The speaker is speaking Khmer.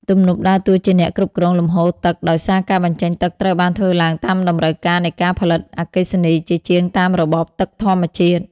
ទំនប់ដើរតួជាអ្នកគ្រប់គ្រងលំហូរទឹក ដោយសារការបញ្ចេញទឹកត្រូវបានធ្វើឡើងតាមតម្រូវការនៃការផលិតអគ្គិសនីជាជាងតាមរបបទឹកធម្មជាតិ។